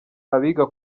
abiga